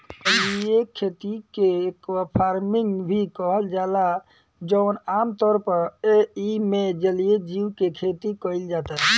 जलीय खेती के एक्वाफार्मिंग भी कहल जाला जवन आमतौर पर एइमे जलीय जीव के खेती कईल जाता